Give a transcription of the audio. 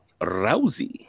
Rousey